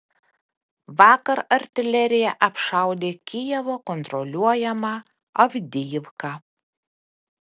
vakar artilerija apšaudė kijevo kontroliuojamą avdijivką